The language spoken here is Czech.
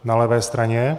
Na levé straně.